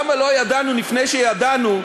למה לא ידענו לפני שידעו,